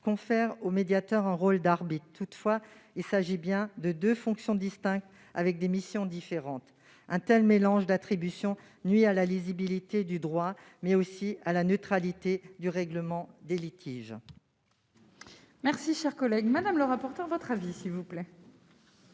confère au médiateur un rôle d'arbitre. Toutefois, il s'agit bien de deux fonctions distinctes, avec des missions différentes. Un tel mélange d'attributions nuit à la lisibilité du droit, mais aussi à la neutralité du règlement des litiges. Quel est l'avis de la commission ?